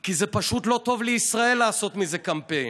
כי זה פשוט לא טוב לישראל לעשות מזה קמפיין,